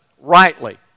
rightly